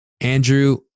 Andrew